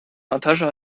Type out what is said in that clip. natascha